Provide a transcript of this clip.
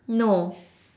no